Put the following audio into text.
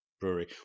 brewery